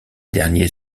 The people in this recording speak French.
derniers